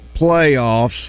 playoffs